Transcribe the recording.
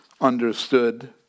understood